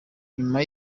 nyuma